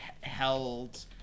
held